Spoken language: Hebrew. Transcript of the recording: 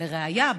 לראיה,